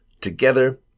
Together